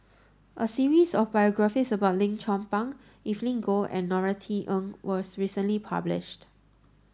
a series of biographies about Lim Chong Pang Evelyn Goh and Norothy Ng was recently published